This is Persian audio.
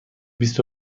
بیست